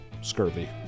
Scurvy